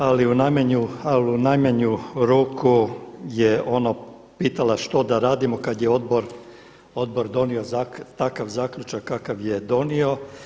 Ali u najmanju ruku je pitala što da radimo kada je Odbor donio takav zaključak kakav je donio.